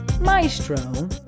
Maestro